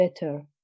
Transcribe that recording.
better